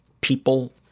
people